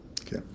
Okay